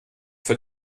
für